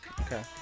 Okay